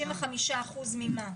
55% ממה?